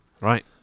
Right